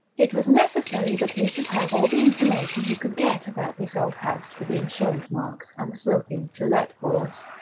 it was necessary that he should have all the information he could get about this old house with the insurance marks and the sloping to let boards,